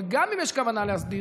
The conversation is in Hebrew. אבל גם אם יש כוונה להסדיר,